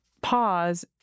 pause